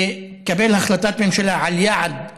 לקבל החלטת ממשלה על יעד אחר,